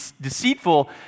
deceitful